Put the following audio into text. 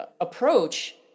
approach